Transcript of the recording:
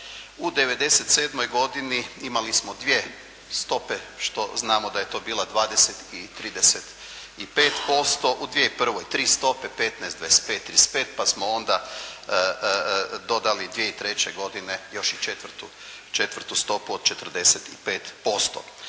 U '97. godini imali smo dvije stope što znamo da je to bila 20 i 35%. U dvije i prvoj tri stope 15, 25, 35 pa smo onda dodali 2003. godine još i četvrtu stopu od 45%.